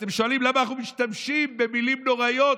ואתם שואלים למה אנחנו משתמשים במילים נוראיות,